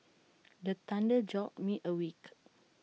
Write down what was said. the thunder jolt me awake